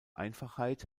einfachheit